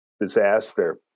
disaster